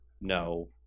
no